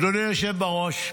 אדוני היושב בראש,